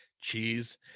cheese